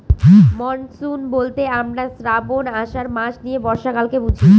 monsoon বলতে আমরা শ্রাবন, আষাঢ় মাস নিয়ে বর্ষাকালকে বুঝি